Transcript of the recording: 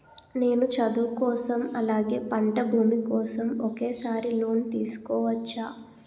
నేను చదువు కోసం అలాగే పంట భూమి కోసం ఒకేసారి లోన్ తీసుకోవచ్చా?